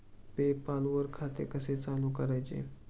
पे पाल वर खाते कसे चालु करायचे